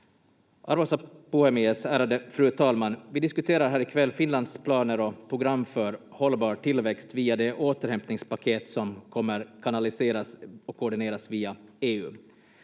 Arvoisa puhemies, ärade fru talman! Vi diskuterar här i kväll Finlands planer och program för hållbar tillväxt via det återhämtningspaket som kommer att kanaliseras och koordineras via EU.